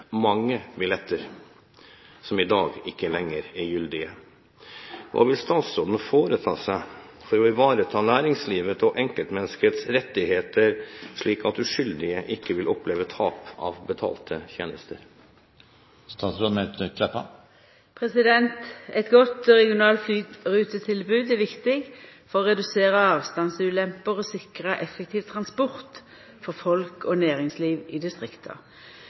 mange billetter, som i dag ikke lenger er gyldige. Hva vil statsråden foreta seg for å ivareta næringslivet og enkeltmenneskets rettigheter, slik at uskyldige ikke vil oppleve tap av betalte tjenester?» Eit godt regionalt flyrutetilbod er viktig for å redusera avstandsulemper og sikra effektiv transport for folk og næringsliv i distrikta.